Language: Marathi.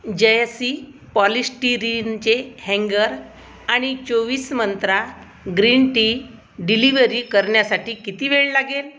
जयसी पॉलिस्टीरिनचे हॅन्गर आणि चोवीस मंत्रा ग्रीन टी डिलिव्हरी करण्यासाठी किती वेळ लागेल